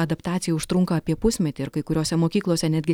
adaptacija užtrunka apie pusmetį ir kai kuriose mokyklose netgi